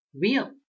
real